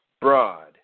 broad